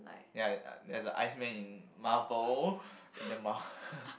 ya uh there a iceman in Marvel in the Mar~